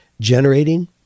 generating